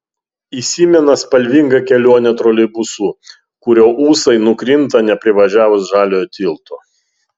įsimena spalvinga kelionė troleibusu kurio ūsai nukrinta neprivažiavus žaliojo tilto